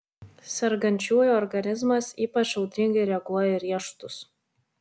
sergančiųjų organizmas ypač audringai reaguoja į riešutus